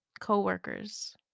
co-workers